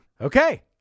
Okay